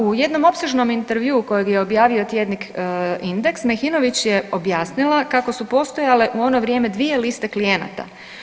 U jednom opsežnom intervjuu kojeg je objavio tjednik Indeks Mehinović je objasnila kako su postojale u ono vrijeme dvije liste klijenata.